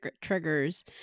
triggers